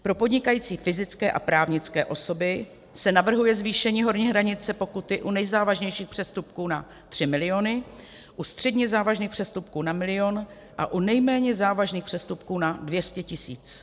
Pro podnikající fyzické a právnické osoby se navrhuje zvýšení horní hranice pokuty u nejzávažnějších přestupků na 3 miliony, u středně závažných přestupků na milion a u nejméně závažných přestupků na 200 tisíc.